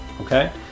Okay